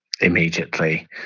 immediately